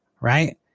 right